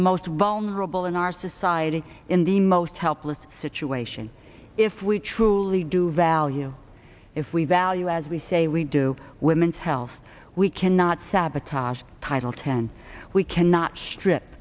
the most vulnerable in our society in the most helpless situation if we truly do value if we value as we say we do women's health we cannot sabotage title ten we cannot strip